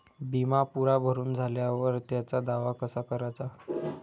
बिमा पुरा भरून झाल्यावर त्याचा दावा कसा कराचा?